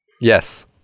yes